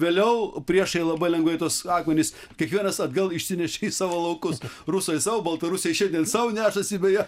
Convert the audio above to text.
vėliau priešai labai lengvai tuos akmenis kiekvienas atgal išsinešė į savo laukus rusai sau baltarusiai šiandien sau nešasi beje